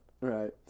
Right